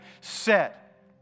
set